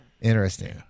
Interesting